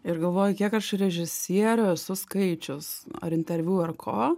ir galvoju kiek aš režisierių esu skaičius ar interviu ar ko